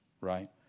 right